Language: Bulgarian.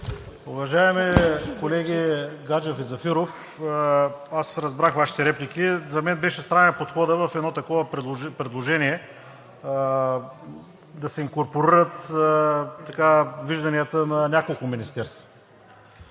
Уважаеми колеги Гаджев и Зафиров, аз разбрах Вашите реплики. За мен беше странен подходът в едно такова предложение да се инкорпорират вижданията на няколко министерства,